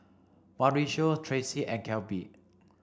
Mauricio Tracy and Kelby